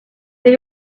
they